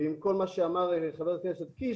ועם כל מה שאמר חבר הכנסת קיש,